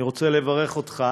אני רוצה לברך אותך